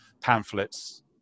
pamphlets